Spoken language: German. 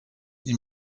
ihm